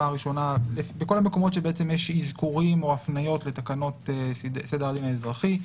בכל המקומות שבהם יש אזכורים או הפניות לתקנות סדר הדין האזרחי,